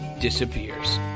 disappears